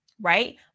right